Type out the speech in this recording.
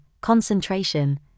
concentration